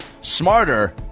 smarter